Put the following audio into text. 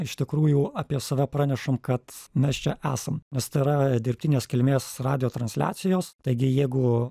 iš tikrųjų apie save pranešam kad mes čia esam nes tai yra dirbtinės kilmės radijo transliacijos taigi jeigu